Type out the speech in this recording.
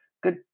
good